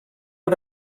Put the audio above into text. els